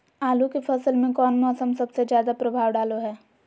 आलू के फसल में कौन मौसम सबसे ज्यादा प्रभाव डालो हय?